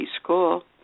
school